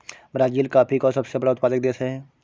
Brazil coffee का सबसे बड़ा उत्पादक देश है